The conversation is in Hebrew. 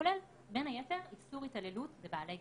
כולל בין היתר איסור התעללות בבעלי חיים.